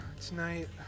tonight